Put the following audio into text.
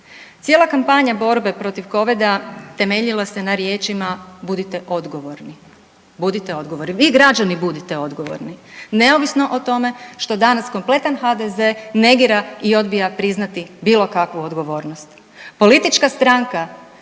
Cijela kampanja borbe protiv covida temeljila se na riječima budite odgovorni, budite odgovorni, vi građani budite odgovorni neovisno o tome što danas kompletan HDZ negira i odbija priznati bilo kakvu odgovornost.